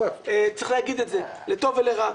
צריך להגיד את זה, לטוב ולרע.